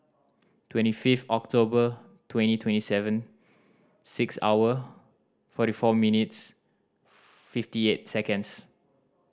twenty fifth October twenty twenty seven six hour forty four minutes fifty eight seconds